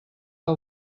que